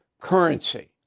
currency